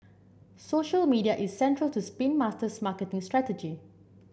social media is central to Spin Master's marketing strategy